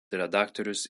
redaktorius